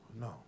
No